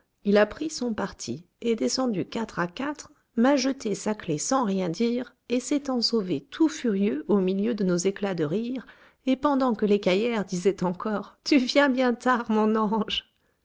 il a pris son parti est descendu quatre à quatre m'a jeté sa clef sans rien dire et s'est ensauvé tout furieux au milieu de nos éclats de rire et pendant que l'écaillère disait encore tu viens bien tard mon ange